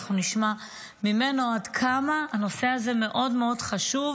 אנחנו נשמע ממנו עד כמה הנושא הזה מאוד מאוד חשוב